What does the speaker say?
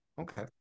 Okay